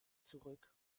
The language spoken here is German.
zurück